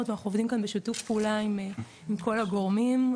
ואנחנו עובדים כאן בשיתוף פעולה עם כל הגורמים,